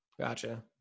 gotcha